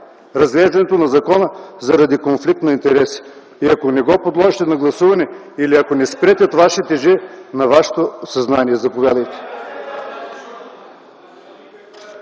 разглеждането на закона заради конфликт на интереси. Ако не го подложите на гласуване или ако не спрете, това ще тежи на Вашето съзнание. Заповядайте.